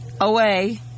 away